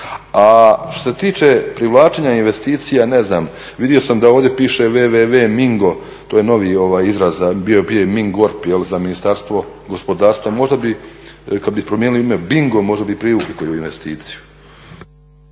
A što se tiče privlačenja investicija, ne znam, vidio sam da ovdje piše www mingo to je novi izraz, a prije je bio mingor … Ministarstvo gospodarstva. Možda bi kada bi promijenio ime bingo možda bi prije upiko investiciju.